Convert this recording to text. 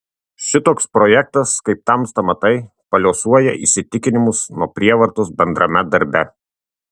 šitoks projektas kaip tamsta matai paliuosuoja įsitikinimus nuo prievartos bendrame darbe